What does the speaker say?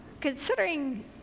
considering